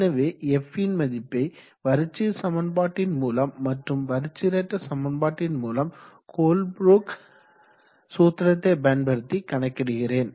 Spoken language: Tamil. எனவே f ன் மதிப்பை வரிச்சீர் சமன்பாட்டின் மூலம் மற்றும் வரிச்சீரற்ற சமன்பாட்டின் மூலம் கோல்ப்ரூக் சூத்திரத்தை பயன்படுத்தி கணக்கிடுகிறேன்